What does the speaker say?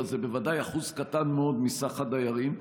אבל זה בוודאי אחוז קטן מאוד מסך הדיירים.